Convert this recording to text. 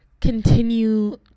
continue